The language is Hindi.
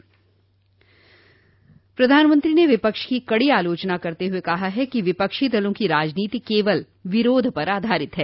प्रधानमंत्री नरेंद्र मोदी ने विपक्ष की कडो आलोचना करते हुए कहा कि विपक्षी दलों की राजनीति कवल विरोध पर आधारित है